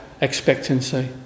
expectancy